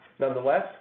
Nonetheless